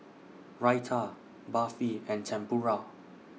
Raita Barfi and Tempura